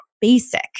basic